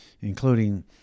including